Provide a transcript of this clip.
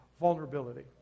vulnerability